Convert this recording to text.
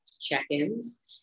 check-ins